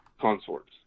consorts